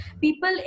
People